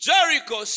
Jericho